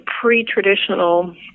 pre-traditional